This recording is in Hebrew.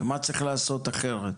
ומה צריך לעשות אחרת